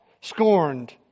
scorned